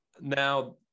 Now